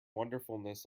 wonderfulness